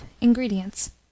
Ingredients